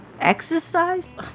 Exercise